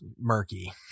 murky